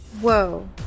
Whoa